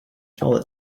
felt